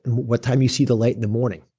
and what time you see the light in the morning.